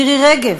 מירי רגב,